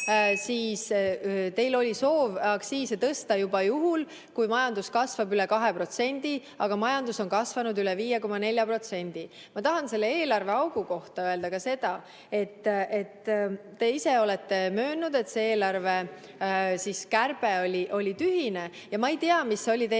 siis teil oli soov aktsiise tõsta juba juhul, kui majandus kasvab üle 2%, aga majandus on kasvanud üle 5,4%.Ma tahan selle eelarveaugu kohta öelda ka seda, et te ise olete möönnud, et see eelarvekärbe oli tühine. Ma ei tea, mis oli teie